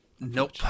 Nope